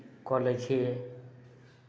कऽ लै छियै